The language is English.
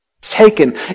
taken